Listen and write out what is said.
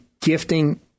Gifting